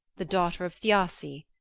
the daughter of thiassi.